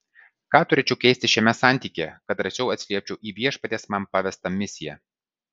ką turėčiau keisti šiame santykyje kad drąsiau atsiliepčiau į viešpaties man pavestą misiją